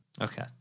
Okay